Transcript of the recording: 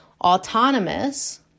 autonomous